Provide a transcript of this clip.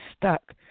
stuck